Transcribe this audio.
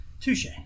Touche